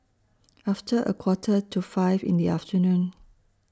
after A Quarter to five in The afternoon